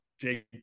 Jake